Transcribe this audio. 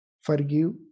Forgive